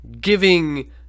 giving